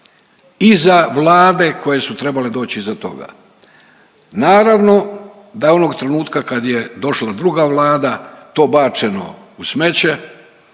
i za Vlade koje su trebale doći iza toga. Naravno da onog trenutka kad je došla druga Vlada to bačeno u smeće